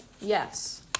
Yes